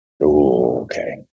okay